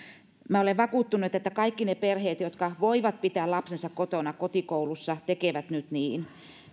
minä olen vakuuttunut että kaikki ne perheet jotka voivat pitää lapsensa kotona kotikoulussa tekevät nyt niin